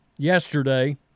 yesterday